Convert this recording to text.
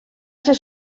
ser